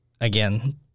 again